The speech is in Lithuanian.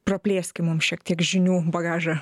praplėskim mum šiek tiek žinių bagažą